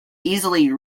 easily